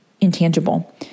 intangible